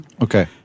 Okay